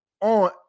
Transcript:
on